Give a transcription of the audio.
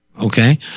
Okay